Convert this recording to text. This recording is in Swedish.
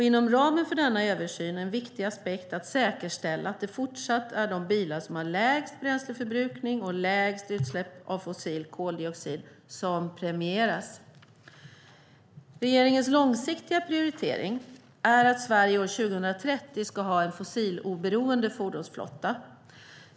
Inom ramen för denna översyn är en viktig aspekt att säkerställa att det även fortsättningsvis är de bilar som har lägst bränsleförbrukning och utsläpp av fossil koldioxid som premieras. Regeringens långsiktiga prioritering är att Sverige år 2030 ska ha en fossiloberoende fordonsflotta.